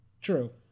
True